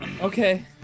Okay